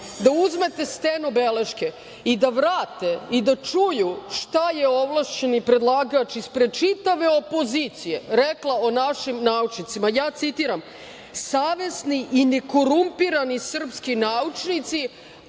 da uzmete stenobeleške i da vrate i da čuju šta je ovlašćeni predlagač ispred čitave opozicije rekla o našim naučnicima. Citiram: